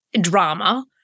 drama